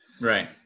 Right